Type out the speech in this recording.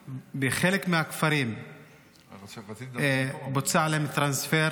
בחלק מהכפרים בוצע להם טרנספר.